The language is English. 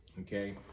okay